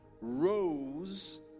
rose